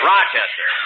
Rochester